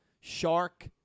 Shark